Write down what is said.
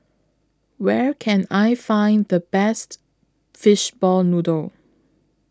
Where Can I Find The Best Fishball Noodle